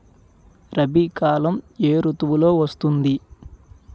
రబీ కాలం ఏ ఋతువులో వస్తుంది?